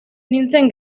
nintzen